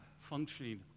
functioning